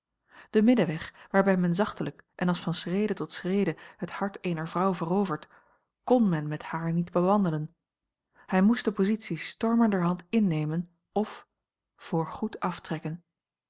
den middenweg waarbij men zachtelijk en als van schrede tot schrede het hart eener vrouw verovert kon men met haar niet bewandelen hij moest de positie stormenderhand innemen of voor goed aftrekken